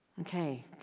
Okay